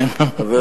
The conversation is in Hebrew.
כן.